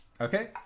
Okay